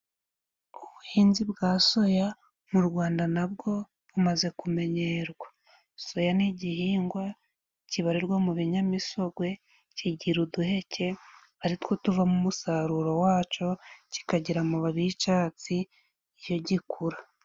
Ubuhinzi bwa soya mu Rwanda nabwo bumaze kumenyerwa. Soya ni igihingwa kibarirwa mu binyamisogwe, kigira uduheke ari two tuvamo umusaruro wa co, kikagera amababi y'icatsi iyo gikura.